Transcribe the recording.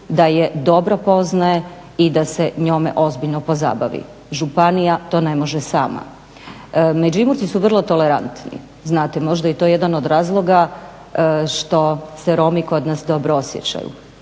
da je dobro poznaje i da se njome ozbiljno pozabavi. Županija to ne može sama. Međimurci su vrlo tolerantni, znate. Možda je i to jedan od razloga što se Romi kod nas dobro osjećaju.